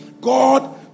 God